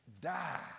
Die